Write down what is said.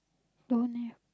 don't have